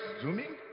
Zooming